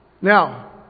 Now